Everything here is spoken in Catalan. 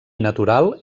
natural